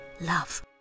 love